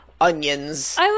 onions